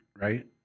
right